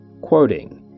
quoting